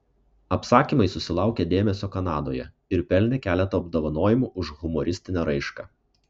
apsakymai susilaukė dėmesio kanadoje ir pelnė keletą apdovanojimų už humoristinę raišką